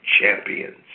champions